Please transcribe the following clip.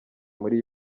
muri